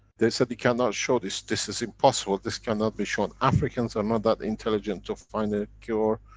they said, you cannot show this. this is impossible. this cannot be shown. africans are not that intelligent to find a cure,